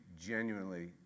Genuinely